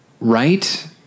right